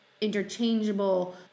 interchangeable